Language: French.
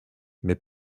mais